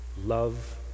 love